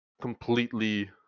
completely